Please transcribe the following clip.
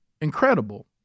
incredible